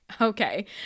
Okay